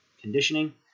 conditioning